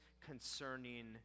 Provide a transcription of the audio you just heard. concerning